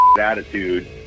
attitude